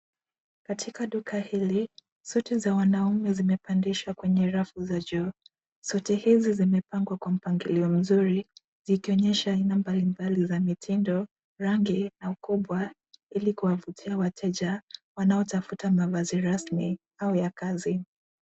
Katika fuka hili, suti za wanaume zimepandishwa kwenye rafu za juu. Suti hizi zimepangwa kwa mpangilio mzuri zikionyesha aina mbali mbali za mitindo, rangi na ukubwa ili kuwavutia wateja wanao tafuta mavazi rasmi au ya kazi.